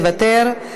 מוותר.